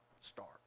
start